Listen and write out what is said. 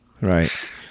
right